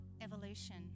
evolution